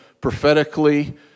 prophetically